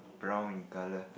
brown in color